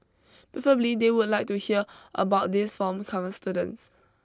preferably they would like to hear about these from current students